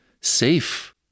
safe